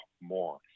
more